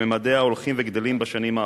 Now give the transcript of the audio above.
שממדיה הולכים וגדלים בשנים האחרונות.